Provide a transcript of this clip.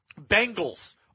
Bengals